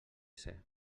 ser